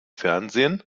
fernsehen